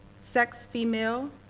sex, female.